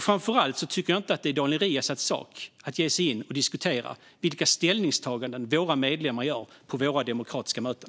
Framför allt tycker jag inte att det är Daniel Riazats sak att ge sig in och diskutera vilka ställningstaganden våra medlemmar gör på våra demokratiska möten.